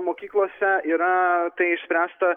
mokyklose yra tai išspręsta